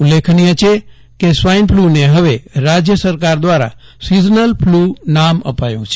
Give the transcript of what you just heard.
ઉલ્લેખનીય છે કે સ્વાઇન ફ્લૂ ને ફવે રાજ્ય સરકાર દ્વારા સિઝનલ ફ્લુ નું નામ અપાયું છે